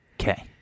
okay